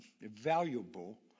valuable